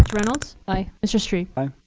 reynolds. aye. mr. strebe. aye.